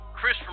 Chris